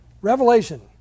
Revelation